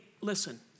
listen